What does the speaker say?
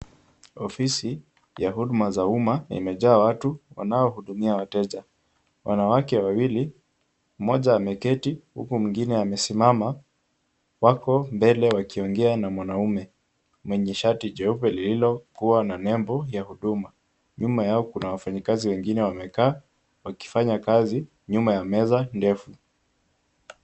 Ofisi ya huduma za umma na imejaa watu wanaohudumia wateja, wanawake wawili, mmoja ameketi huku mwingine amesimama, wako mbele wakiongea na mwanamume, mwenye shati jeupe lililokuwa na nembo ya huduma, nyuma yao kuna wafanyakazi wengine wamekaa, wakifanya kazi, nyuma ya meza, ndefu.